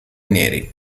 neri